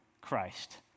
Christ